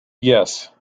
yes